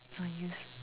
yes